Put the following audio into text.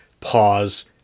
pause